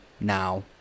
now